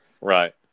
Right